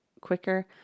quicker